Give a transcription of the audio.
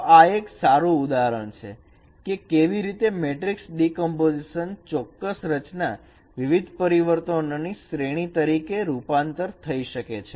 તો આ એક સારું ઉદાહરણ છે કે કેવી રીતે મેટ્રિકસ ડીકમ્પોઝિશન ચોક્કસ રચનાનાં વિવિધ પરિવર્તન ની શ્રેણી તરીકે રૂપાંતર થઈ શકે છે